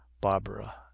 barbara